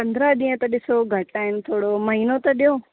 पंदरहां ॾींहं त ॾिसो घटि आहिनि थोरो महीनो त ॾियो